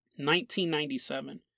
1997